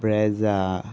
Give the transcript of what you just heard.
Brezza